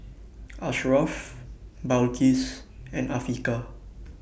Asharaff Balqis and Afiqah